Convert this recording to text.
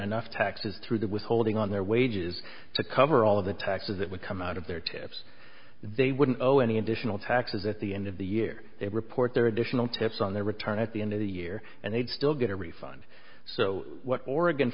enough taxes through the withholding on their wages to cover all of the taxes that would come out of their taps they wouldn't go any additional taxes at the end of the year they report their additional tests on their return at the end of the year and they'd still get a refund so what oregon